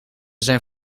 zijn